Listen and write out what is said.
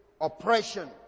oppression